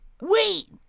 wait